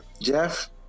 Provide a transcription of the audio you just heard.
Jeff